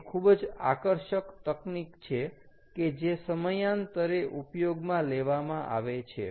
તે ખૂબ જ આકર્ષક તકનિક છે કે જે સમયાંતરે ઉપયોગમાં લેવામાં આવે છે